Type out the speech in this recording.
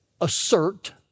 assert